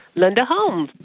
linda holmes.